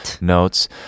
notes